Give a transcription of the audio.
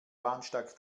bahnsteig